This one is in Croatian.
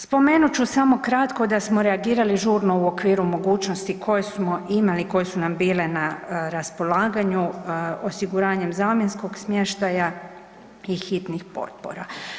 Spomenut ću samo kratko da smo reagirali žurno u okviru mogućnosti koje smo imali, koje su nam bile na raspolaganju osiguranjem zamjenskog smještaja i hitnih potpora.